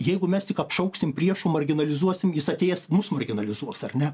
jeigu mes tik apšauksim priešu marginalizuosim jis atėjęs mus marginalizuos ar ne